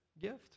gift